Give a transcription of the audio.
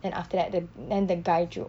then after that the then the guy 就